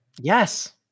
Yes